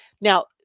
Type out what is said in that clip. Now